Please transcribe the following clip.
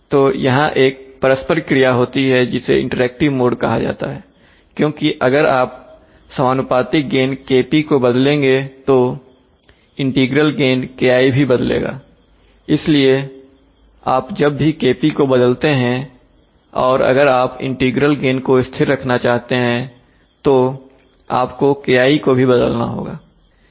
तो यहां एक परस्पर क्रिया होती है इसे इंटरएक्टिव मोड कहा जाता है क्योंकि अगर आप समानुपातिक गेन KP को बदलेंगे तो इंटीग्रल गेन KI भी बदलेगाइसलिए आप जब भी KP को बदलते हैं और अगर आप इंटीग्रल गेन को स्थिर रखना चाहते हैं तो आपको KI को भी बदलना होगा